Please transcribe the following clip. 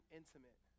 intimate